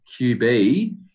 QB